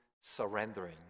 surrendering